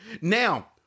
Now